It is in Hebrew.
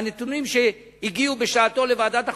מהנתונים שהגיעו בשעתו לוועדת החוקה,